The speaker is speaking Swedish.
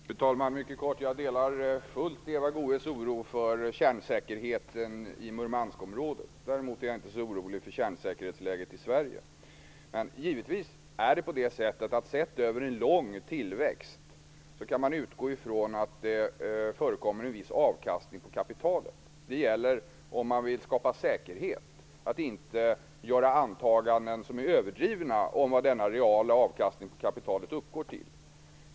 Fru talman! Mycket kort: Jag delar fullt Eva Goës oro för kärnsäkerheten i Murmanskområdet. Däremot är jag inte så orolig för kärnsäkerhetsläget i Sverige. Men sett över en lång tillväxtperiod kan man givetvis utgå från att det förekommer en viss avkastning på kapitalet. Det gäller, om man vill skapa säkerhet, att inte göra antaganden som är överdrivna om vad denna reala avkastning på kapitalet uppgår till.